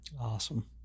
Awesome